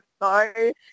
sorry